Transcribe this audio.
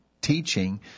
teaching